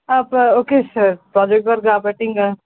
పా okay sir project work కాబట్టి ఇంకా